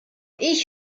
ich